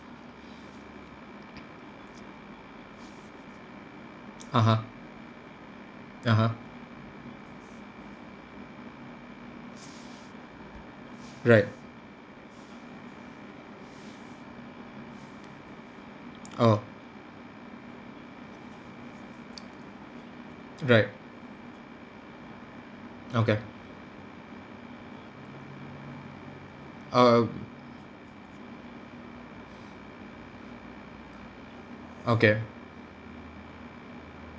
(uh huh) (uh huh) right oh right okay err okay